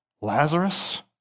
Lazarus